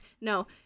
No